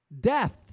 death